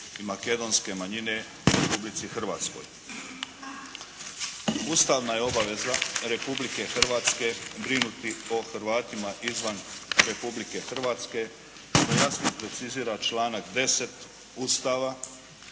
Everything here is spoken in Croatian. i makedonske manjine u Republici Hrvatskoj. Ustavna je obaveza Republike Hrvatske brinuti o Hrvatima izvan Republike Hrvatske. To jasno precizira članak 10. Ustava